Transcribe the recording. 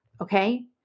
okay